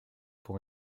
pour